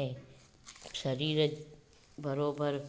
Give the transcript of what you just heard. ऐं सरीर बराबरि